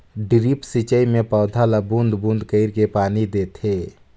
drip सिंचई मे पउधा ल बूंद बूंद कईर के पानी देथे